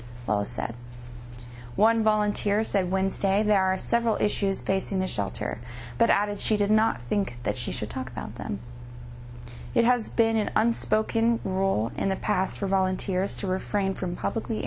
as said one volunteer said wednesday there are several issues facing the shelter but added she did not think that she should talk about them it has been an unspoken role in the past for volunteers to refrain from publicly